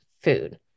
food